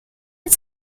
and